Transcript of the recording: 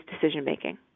decision-making